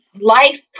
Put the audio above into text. life